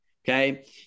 Okay